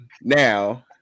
now